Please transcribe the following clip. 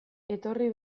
etorri